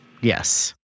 Yes